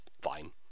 fine